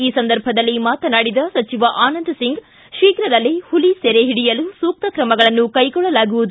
ಈ ಸಂಧರ್ಭದಲ್ಲಿ ಮಾತನಾಡಿದ ಸಚಿವ ಆನಂದ್ ಸಿಂಗ್ ಶೀಘ್ರದಲ್ಲೇ ಪುಲಿ ಸೆರೆ ಒಡಿಯಲು ಸೂಕ್ತ ಕ್ರಮಗಳನ್ನು ಕೈಗೊಳ್ಳಲಾಗುವುದು